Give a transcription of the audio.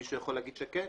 מישהו יכול להגיד שכן?